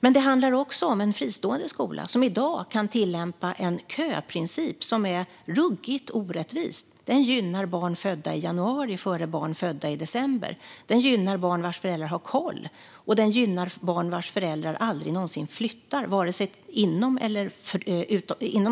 Men det handlar också om att en fristående skola i dag kan tillämpa en köprincip som är ruggigt orättvis. Den gynnar barn födda i januari mer än barn födda i december. Den gynnar barn vars föräldrar har koll. Och den gynnar barn vars föräldrar aldrig någonsin flyttar, vare sig inom